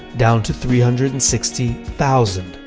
down to three hundred and sixty thousand.